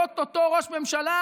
לאו-טו-טו ראש ממשלה,